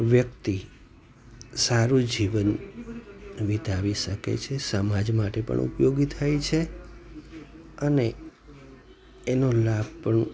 વ્યક્તિ સારું જીવન વિતાવી શકે છે સમાજ માટે પણ ઉપયોગી થાય છે અને એનો લાભ પણ